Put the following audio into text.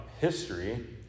history